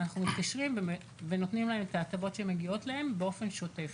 אנחנו מתקשרים ונותנים להם את ההטבות שמגיעות להם באופן שוטף.